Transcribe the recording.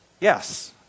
yes